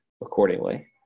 accordingly